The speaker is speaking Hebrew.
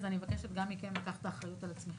אז אני מבקשת גם מכם לקחת את האחריות על עצמכם.